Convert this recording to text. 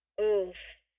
Oof